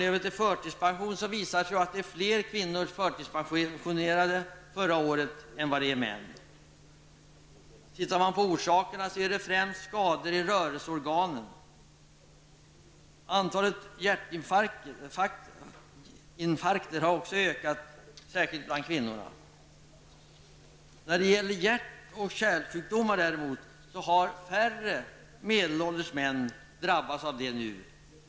Det visar sig också att fler kvinnor än män förtidspensionerades förra året. Orsaken är främst skador i rörelseorganen. Antalet hjärtinfarkter har också ökat bland kvinnorna. Däremot drabbas numera färre medelålders män av hjärt och kärlsjukdomar.